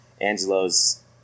Angelo's